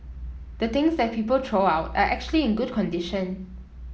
the things that people throw out are actually in good condition